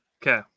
Okay